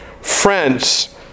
friends